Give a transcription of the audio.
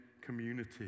community